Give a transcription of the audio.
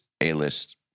A-list